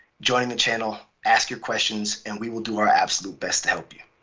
join the channel, ask your questions, and we will do our absolute best to help you.